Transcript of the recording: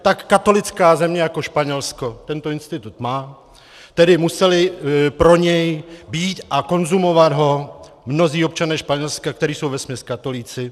Tak katolická země jako Španělsko tento institut má, tedy museli pro něj být a konzumovat ho mnozí občané Španělska, kteří jsou vesměs katolíci.